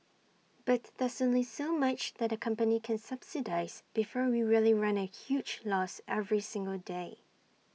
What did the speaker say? but there's only so much that company can subsidise before we really run A huge loss every single day